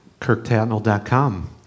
KirkTatnell.com